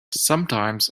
sometimes